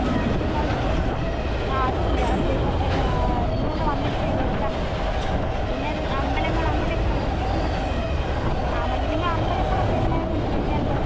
waterfalls അതെ അതും ഉണ്ട് അത്യാവശ്യം എല്ലാ നിങ്ങൾ ഇവിടെ വന്നിട്ട് വിളിച്ചാ മതി പിന്നെ അമ്പലങ്ങൾ അങ്ങനെ ഒക്കെ സന്ദർശിക്കാൻ അതെ മറ്റേ നിങ്ങൾ അമ്പലങ്ങളൊക്കെ ഇങ്ങനെ സന്ദർശിക്കാനുള്ള